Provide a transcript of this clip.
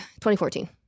2014